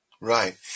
Right